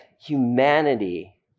humanity